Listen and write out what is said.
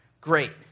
great